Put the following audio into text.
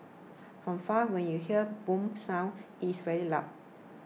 from far when you hear boom sound it's very loud